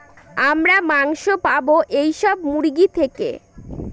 আমরা মাংস পাবো এইসব মুরগি থেকে